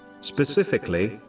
Specifically